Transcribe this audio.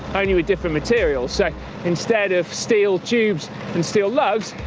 only with different materials. so instead of steel tubes and steel lugs,